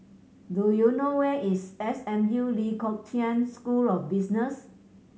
do you know where is S M U Lee Kong Chian School of Business